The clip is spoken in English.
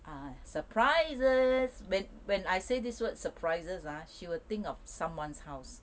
ah surprises when when I say this word surprises ah she would think of someone's house